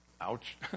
Ouch